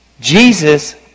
Jesus